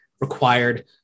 required